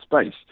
space